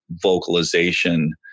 vocalization